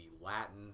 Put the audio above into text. Latin